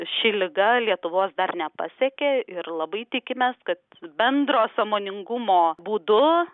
ši liga lietuvos dar nepasiekė ir labai tikimės kad bendro sąmoningumo būdu